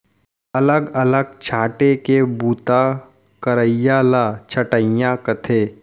अलग अलग छांटे के बूता करइया ल छंटइया कथें